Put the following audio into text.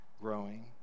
growing